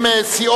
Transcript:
התש"ע